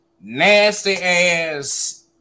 nasty-ass